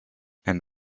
and